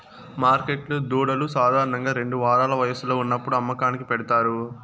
మార్కెట్లో దూడలు సాధారణంగా రెండు వారాల వయస్సులో ఉన్నప్పుడు అమ్మకానికి పెడతారు